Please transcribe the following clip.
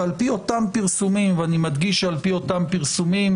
ועל פי אותם פרסומים ואני מדגיש שעל פי אותם פרסומים,